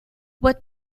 what